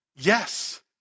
Yes